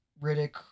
Riddick